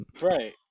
Right